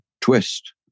twist